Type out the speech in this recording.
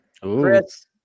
Chris